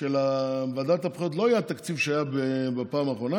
של ועדת הבחירות לא יהיה התקציב שהיה בפעם האחרונה,